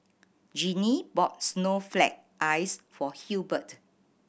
Ginny bought snowflake ice for Hubert